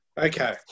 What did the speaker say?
Okay